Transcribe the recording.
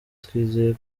twizeye